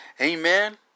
Amen